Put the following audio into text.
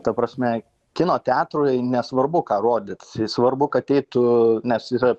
ta prasme kino teatrui nesvarbu ką rodyt svarbu kad eitų nes yra